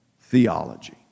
theology